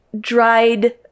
dried